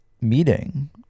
meeting